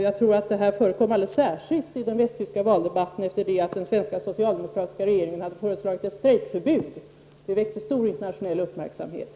Jag tror att det förekom alldeles särskilt i den västtyska valdebatten efter det att den svenska socialdemokratiska regeringen hade föreslagit ett strejkförbud. Det väckte stor internationell uppmärksamhet.